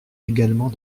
également